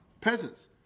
peasants